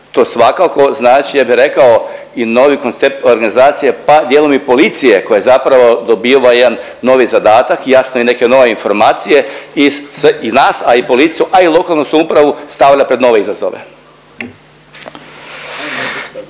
To svakako znači ja bi rekao i novi koncept organizacije, pa dijelom i policije koja zapravo dobiva jedan novi zadatak i jasno i neke nove informacije i sve, i nas, a i policiju, a i lokalnu samoupravu stavlja pred nove izazove.